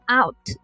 out